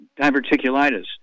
diverticulitis